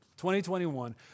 2021